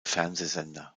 fernsehsender